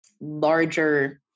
larger